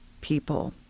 people